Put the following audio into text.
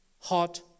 hot